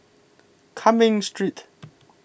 Cumming Street